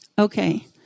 Okay